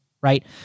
right